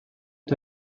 ont